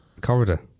Corridor